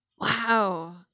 wow